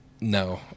No